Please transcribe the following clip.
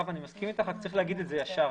אני מסכים אתך אבל צריך להגיד את זה ישר.